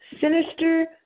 Sinister